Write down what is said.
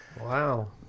Wow